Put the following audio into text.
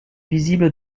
visible